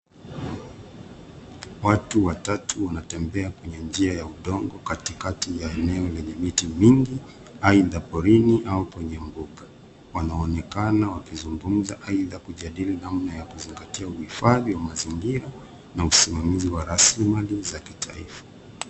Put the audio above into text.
Watu watatu wanatembea kwenye njia ya udongo katikati ya eneo lenye miti mingi either porini au kwenye mbuga. Wanaoekana wakizungumza either kujadili namna ya kuzingatia uhifadhi wa mazingira na usimamizi wa rasilimali za kitaifa.